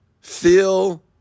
Feel